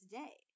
day